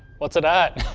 what's it at?